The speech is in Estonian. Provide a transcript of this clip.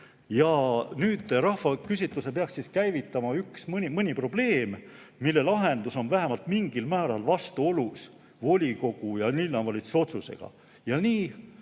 ette. Rahvaküsitluse peaks käivitama üks või mõni probleem, mille lahendus on vähemalt mingil määral vastuolus volikogu ja linnavalitsuse otsusega. Edasi